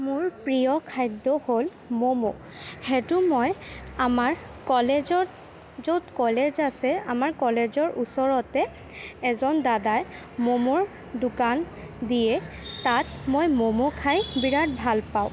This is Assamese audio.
মোৰ প্ৰিয় খাদ্য হ'ল ম'ম' সেইটো মই আমাৰ কলেজত য'ত কলেজ আছে আমাৰ কলেজৰ ওচৰতে এজন দাদাই ম'ম'ৰ দোকান দিয়ে তাত মই ম'ম' খাই বিৰাট ভাল পাওঁ